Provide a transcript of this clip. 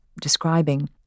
describing